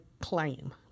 claim